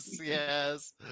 yes